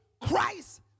Christ